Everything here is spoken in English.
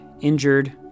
injured